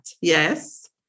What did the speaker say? Yes